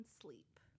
Sleep